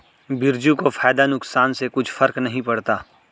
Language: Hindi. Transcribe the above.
बिरजू को फायदा नुकसान से कुछ फर्क नहीं पड़ता